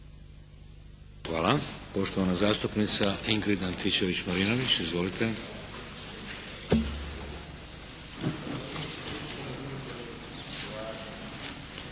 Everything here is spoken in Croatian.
Hvala. Poštovana zastupnica Ingrid Antičević-Marinović. Izvolite.